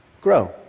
grow